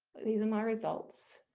these are my results.